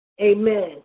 Amen